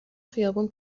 خیابون